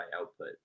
output